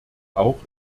auch